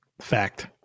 Fact